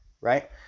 right